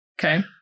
Okay